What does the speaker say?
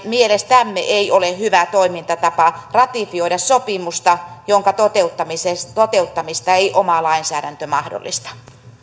mielestämme ei ole hyvä toimintatapa ratifioida sopimusta jonka toteuttamista ei oma lainsäädäntö mahdollista